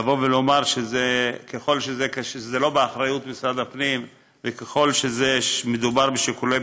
לומר שזה לא באחריות משרד הפנים וככל שמדובר בשיקולי